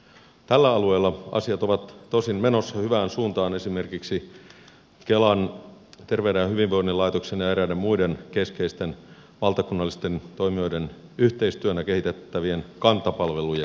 tällä alueella asiat ovat tosin menossa hyvään suuntaan esimerkiksi kelan terveyden ja hyvinvoinnin laitoksen ja eräiden muiden keskeisten valtakunnallisten toimijoiden yhteistyönä kehitettävien kanta palvelujen myötä